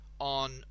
on